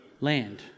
land